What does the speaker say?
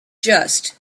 just